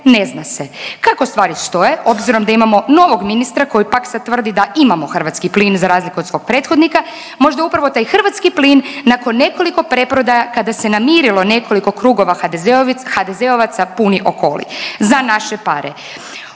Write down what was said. Ne zna se. Kako stvari stoje obzirom da imamo novog ministra koji pak sad tvrdi da imamo hrvatski plin za razliku od svog prethodnika možda upravo taj hrvatski plin nakon nekoliko preprodaja kada se namirilo nekoliko krugova HDZ-ovaca puni Okoli za naše pare.